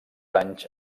anys